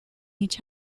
each